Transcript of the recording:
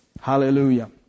Hallelujah